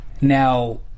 Now